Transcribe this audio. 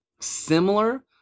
similar